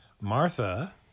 Martha